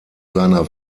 seiner